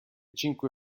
cinque